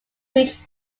reach